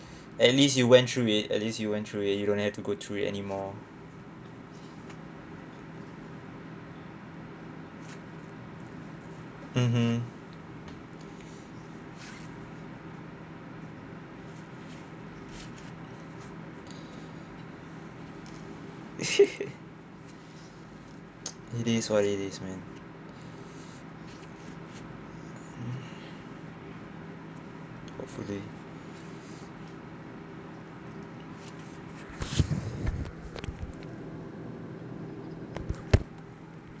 at least you went through it at least you went through it you don't have to go through it anymore mmhmm it is what it is man hopefully